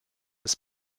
des